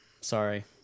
sorry